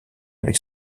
avec